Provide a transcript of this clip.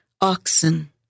oxen